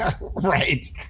Right